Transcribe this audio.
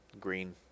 Green